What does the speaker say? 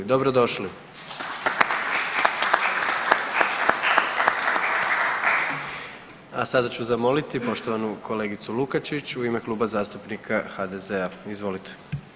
Dobrodošli. A sada ću zamoliti poštovanu kolegicu Lukačić u ime Kluba zastupnika HDZ-a, izvolite.